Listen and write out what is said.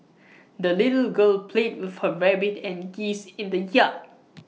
the little girl played with her rabbit and geese in the yard